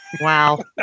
Wow